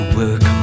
work